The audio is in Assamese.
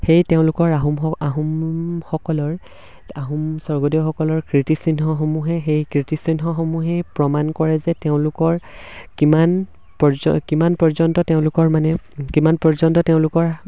সেই তেওঁলোকৰ আহোম আহোমসকলৰ আহোম স্বৰ্গদেউসকলৰ কীৰ্তিচিহ্নসমূহে সেই কীৰ্তিচিহ্নসমূহেই প্ৰমাণ কৰে যে তেওঁলোকৰ কিমান পৰ্য কিমান পৰ্যন্ত তেওঁলোকৰ মানে কিমান পৰ্যন্ত তেওঁলোকৰ